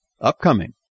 upcoming